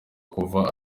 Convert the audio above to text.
kuva